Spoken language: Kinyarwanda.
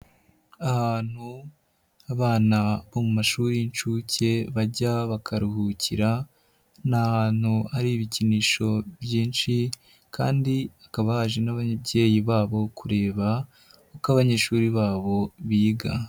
Ahantu abana bo mu mashuri y'incuke bajya bakaruhukira, ni ahantu hari ibikinisho byinshi kandi hakaba haje n'ababyeyi babo kureba uko abanyeshuri babo biga.